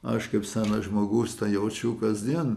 aš kaip senas žmogus tą jaučiau kasdien